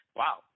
wow